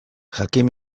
jakin